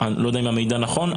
אני לא יודע אם המידע נכון,